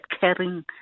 caring